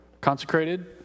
Consecrated